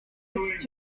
leads